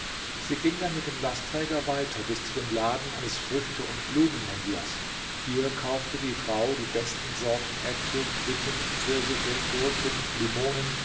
sie ging dann mit dem lastträger weiter bis zu dem laden eines früchte und blumenhändlers hier kaufte die frau die besten sorten äpfel quitten pfirsiche gurken limonen